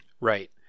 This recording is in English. Right